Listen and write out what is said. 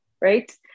right